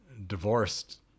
divorced